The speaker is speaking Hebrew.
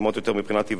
מבחינת טיבן ואופיין,